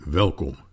welkom